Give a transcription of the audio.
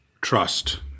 trust